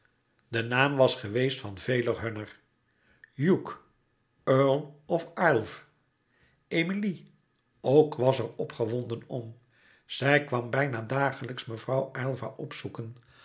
de naam was geweest van velen hunner hugh earl of aylv emilie ook was er opgewonden om zij kwam bijna dagelijks mevrouw aylva opzoeken